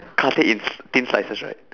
cut it in sl~ thin slices right